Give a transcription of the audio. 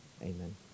Amen